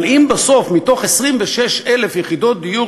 אבל אם בסוף מתוך 26,000 יחידות דיור